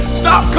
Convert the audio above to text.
stop